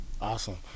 awesome